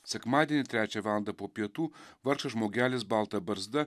sekmadienį trečią valandą po pietų vargšas žmogelis balta barzda